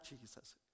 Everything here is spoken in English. Jesus